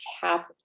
tap